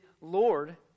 Lord